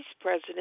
president